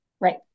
Right